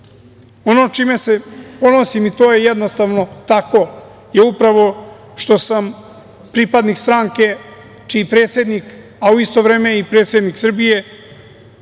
Ono čime se ponosim, i to je jednostavno tako, je upravo što sam pripadnik stranke čiji predsednik, a u isto vreme i predsednik Srbije